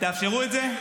תאפשרו את זה?